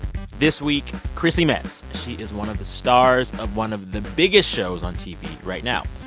this week, chrissy metz. she is one of the stars of one of the biggest shows on tv right now,